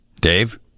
Dave